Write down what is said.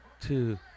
two